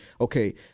okay